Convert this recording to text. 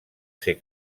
ser